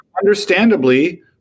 understandably